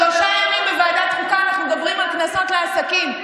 שלושה ימים בוועדת החוקה אנחנו מדברים על קנסות לעסקים,